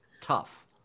tough